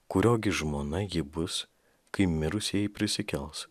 kurio gi žmona ji bus kai mirusieji prisikels